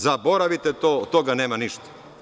Zaboravite to, od toga nema ništa.